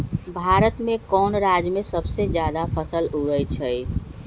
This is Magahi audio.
भारत में कौन राज में सबसे जादा फसल उगई छई?